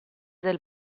del